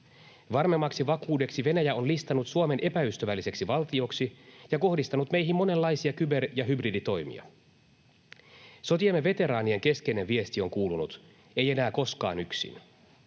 Varmemmaksi vakuudeksi Venäjä on listannut Suomen epäystävälliseksi valtioksi ja kohdistanut meihin monenlaisia kyber- ja hybriditoimia. Sotiemme veteraanien keskeinen viesti on kuulunut: ”Ei enää koskaan yksin.”